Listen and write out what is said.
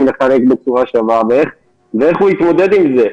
לחלק בצורה שווה ואיך הוא יתמודד עם זה?